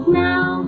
now